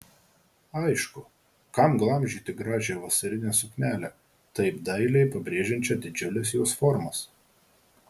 aišku kam glamžyti gražią vasarinę suknelę taip dailiai pabrėžiančią didžiules jos formas